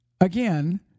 again